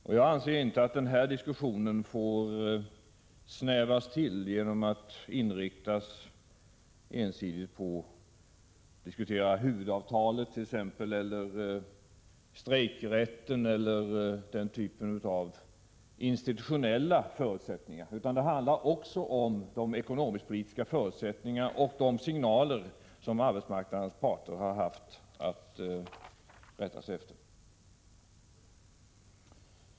Diskussionen skall då enligt min mening inte få ”snävas till” genom att ensidigt inriktas på exempelvis huvudavtalet, strejkrätten eller den typen av institutionella förutsättningar. Det handlar också om de ekonomisk-politiska förutsättningarna och de signaler som arbetsmarknadens parter har haft att rätta sig efter.